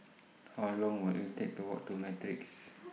How Long Will IT Take to Walk to Matrix